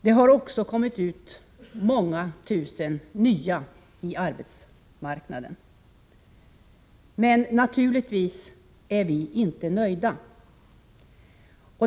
Det har också kommit ut många tusen nya på arbetsmarknaden. Men naturligtvis är vi inte nöjda.